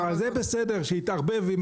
זה בסדר, שיתערבב.